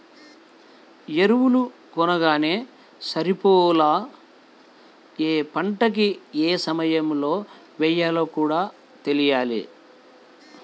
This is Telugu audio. ఎరువులు కొనంగానే సరిపోలా, యే పంటకి యే సమయంలో యెయ్యాలో కూడా తెలియాల